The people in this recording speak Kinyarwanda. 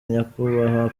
nyakubahwa